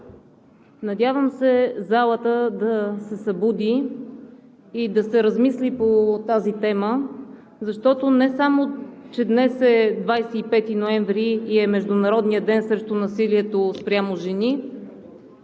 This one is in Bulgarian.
Надявам се залата да се събуди и да се размисли по тази тема, защото не само че днес е 25 ноември и е Международният ден срещу насилието спрямо жени,